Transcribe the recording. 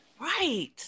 Right